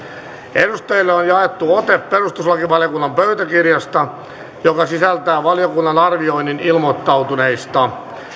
edustajille on jaettu ote perustuslakivaliokunnan pöytäkirjasta joka sisältää valiokunnan arvioinnin ilmoittautuneista